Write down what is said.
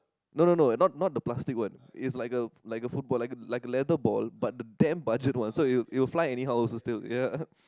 no no no not not the plastic one it's like a like a football like a like a leather ball but the damn budget one so it will it will fly anyhow also still